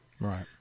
Right